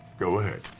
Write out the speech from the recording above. go ahead.